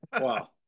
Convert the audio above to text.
Wow